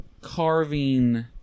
carving